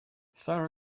sara